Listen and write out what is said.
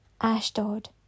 Ashdod